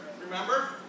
remember